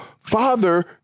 father